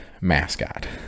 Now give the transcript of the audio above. mascot